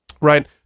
right